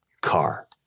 car